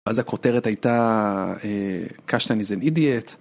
עדן איך עובר לך היום מחוץ לבית?